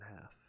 half